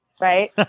right